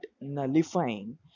nullifying